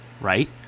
right